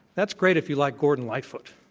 that's great if you like gordon lightfoot,